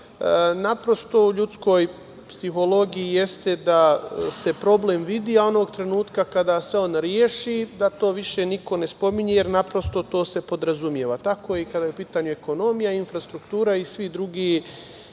Naprosto, u ljudskoj psihologiji jeste da se problem vidi, a onog trenutka kada se on reši da to više niko ne spominje, jer naprosto to se podrazumeva. Tako je i kada je u pitanju ekonomija, infrastruktura i svi drugi